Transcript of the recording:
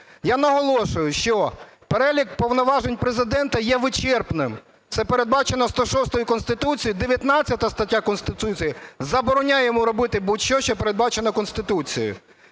Я наголошую, що перелік повноважень Президента є вичерпним, це передбачено 106-ю Конституції, а 19 стаття Конституції забороняє йому робити будь-що, що передбачено Конституцією.